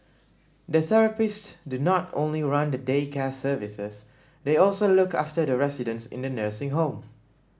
the therapist do not only run the day care services they also look after the residents in the nursing home